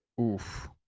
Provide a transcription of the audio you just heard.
Oof